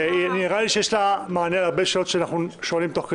נראה לי שיש לה מענה להרבה שאלות שאנחנו שואלים תוך כדי.